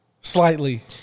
Slightly